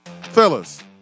Fellas